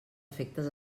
efectes